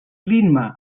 ritme